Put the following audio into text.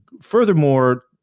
furthermore